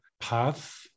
path